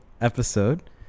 episode